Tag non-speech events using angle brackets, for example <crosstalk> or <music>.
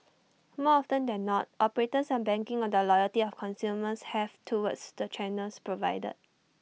<noise> more often than not operators are banking on the loyalty of consumers have towards the channels provided